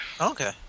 Okay